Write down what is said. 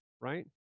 right